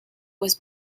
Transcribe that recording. was